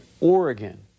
Oregon